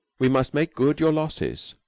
we must make good your losses.